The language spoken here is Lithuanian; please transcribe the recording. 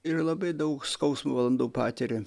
ir labai daug skausmo valandų patiria